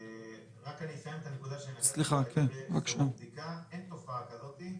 רק אסיים את הנקודה שנגעתי בה לגבי סירוב בדיקה אין תופעה כזאת.